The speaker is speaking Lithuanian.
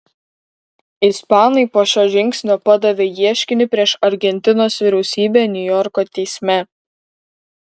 ispanai po šio žingsnio padavė ieškinį prieš argentinos vyriausybę niujorko teisme